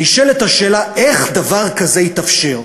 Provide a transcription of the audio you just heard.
נשאלת השאלה, איך דבר כזה התאפשר.